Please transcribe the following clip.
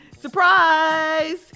surprise